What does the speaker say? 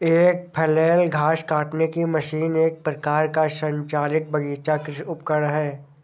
एक फ्लैल घास काटने की मशीन एक प्रकार का संचालित बगीचा कृषि उपकरण है